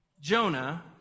Jonah